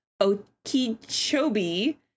Okeechobee